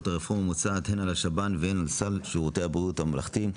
הרפורמות המוצעת הן על השב"ן והן על סל שירותי הבריאות הממלכתיים.